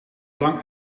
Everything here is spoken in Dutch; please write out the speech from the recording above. lang